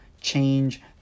change